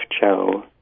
Joe